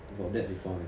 about that before leh